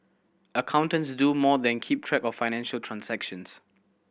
accountants do more than keep track of financial transactions